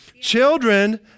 Children